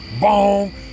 boom